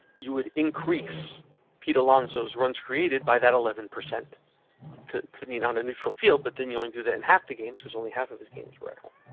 you would increase pete alonso's runs created by that eleven. to to meet on a neutral field, but then you only do that in half the games cause only half of his games rental.